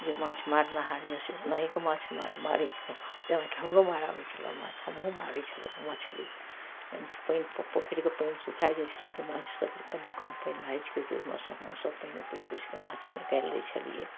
जे माँछ मारनिहार यऽ से ओनाहीके माँछ मारै छै जेनाकी हमरो मारै आबै छलए हमहुँ मारै छलहुॅं हँ मछली पानि पोखरिके पानि सूखा जाइ छलै तऽ माँछ सब कनी कम पानि भऽ जाइ छलै ओहिमे सँ हमसब पानि ऊपैछ ऊपैछ कऽ माँछ निकालि लै छलियै